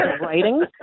writing